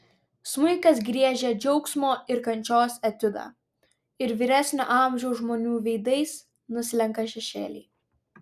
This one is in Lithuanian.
smuikas griežia džiaugsmo ir kančios etiudą ir vyresnio amžiaus žmonių veidais nuslenka šešėliai